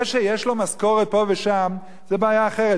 זה שיש לו משכורת פה ושם זו בעיה אחרת,